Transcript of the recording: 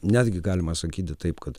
netgi galima sakyti taip kad